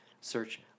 Search